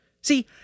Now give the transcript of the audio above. See